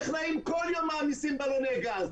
הטכנאים מסיעים כל יומיים בלוני גז.